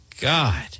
God